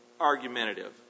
argumentative